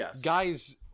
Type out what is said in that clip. guys